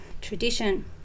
tradition